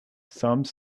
some